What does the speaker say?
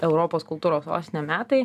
europos kultūros sostine metai